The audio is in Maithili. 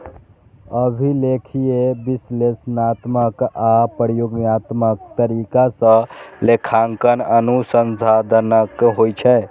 अभिलेखीय, विश्लेषणात्मक आ प्रयोगात्मक तरीका सं लेखांकन अनुसंधानक होइ छै